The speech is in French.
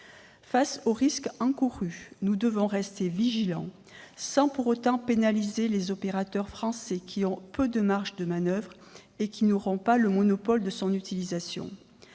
Face aux risques encourus, nous devons rester vigilants, sans pour autant pénaliser les opérateurs français, qui ont peu de marges de manoeuvre et qui n'auront pas le monopole de son utilisation.